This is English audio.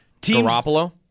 Garoppolo